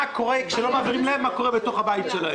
כשלא מעבירים להם מה קורה בתוך הבית שלהם.